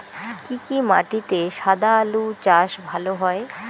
কি কি মাটিতে সাদা আলু চাষ ভালো হয়?